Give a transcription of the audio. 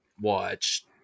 watch